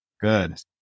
Good